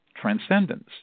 transcendence